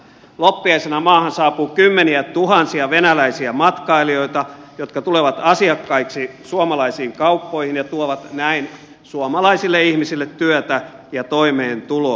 loppiaisena maahan saapuu kymmeniätuhansia venäläisiä matkailijoita jotka tulevat asiakkaiksi suomalaisiin kauppoihin ja tuovat näin suomalaisille ihmisille työtä ja toimeentuloa